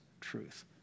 truth